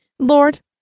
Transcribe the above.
Lord